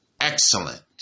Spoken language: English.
excellent